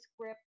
script